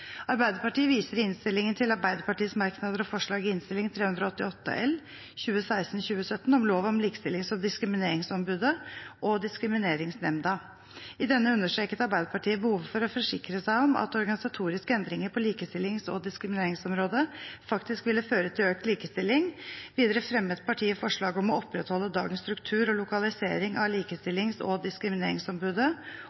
Arbeiderpartiet viser i innstillingen til Arbeiderpartiets merknader og forslag i Innst. 388 L for 2016–2017 om lov om Likestillings- og diskrimineringsombudet og Diskrimineringsnemnda. I denne understreket Arbeiderpartiet behovet for å forsikre seg om at organisatoriske endringer på likestillings- og diskrimineringsområdet faktisk ville føre til økt likestilling. Videre fremmet partiet forslag om å opprettholde dagens struktur og lokalisering av